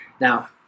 Now